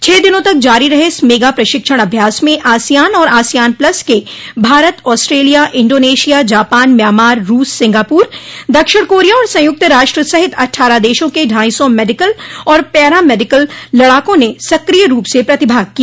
छः दिनों तक जारी रहे इस मेगा प्रशिक्षण अभ्यास में आसियान और असियान प्लस के Bharat Australia Indonesia Japan Myanmar रूस सिंगापुर दक्षिण कोरिया और संयुक्त राष्ट्र सहित अठ्ठारह देशों के ढाई सौ मेडिकल और पैरामेडिकल लड़ाकों ने सक्रिय रूप से प्रतिभाग किया